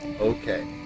Okay